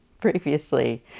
previously